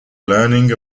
learning